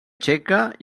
txeca